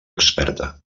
experta